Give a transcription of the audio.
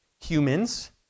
humans